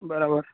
બરાબર